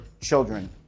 children